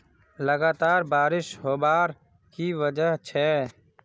लगातार बारिश होबार की वजह छे?